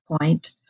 point